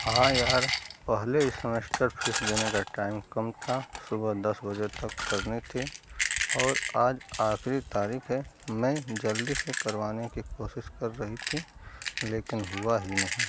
हाँ यार पहले ही सेमेस्टर फीस देने का टाइम कम था सुबह दस बजे तक करनी थी और आज आखिरी तारीख है मैं जल्दी से करवाने की कोशिश कर रही थी लेकिन हुआ ही नहीं